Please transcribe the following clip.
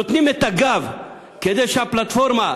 נותנים את הגב כדי שהפלטפורמה,